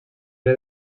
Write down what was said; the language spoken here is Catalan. era